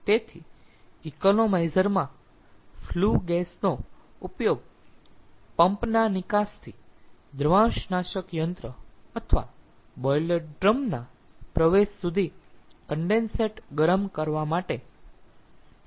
તેથી ઇકોનોમાઈઝર માં flue gas નો ઉપયોગ પંપ ના નિકાસથી દ્રવાંશનાશક યંત્ર અથવા બોઇલર ડ્રમ ના પ્રવેશ સુધી કન્ડેન્સેટ ગરમ કરવા માટે થાય છે